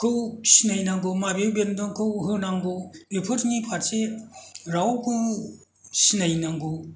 खौ सिनायनांगौ माबे बेन्दोंखौ होनांगौ बेफोरनि फारसे रावबो सिनायनांगौ